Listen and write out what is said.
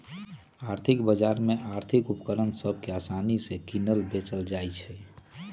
आर्थिक बजार में आर्थिक उपकरण सभ के असानि से किनल बेचल जाइ छइ